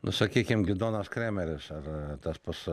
nu sakykim gidonas kremeris ar tas pas